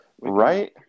Right